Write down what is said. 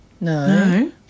No